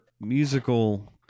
musical